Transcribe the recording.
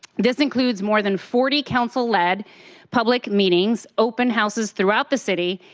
this includes more than forty council led public meetings, open houses throughout the city,